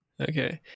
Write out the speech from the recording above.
Okay